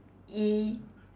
ich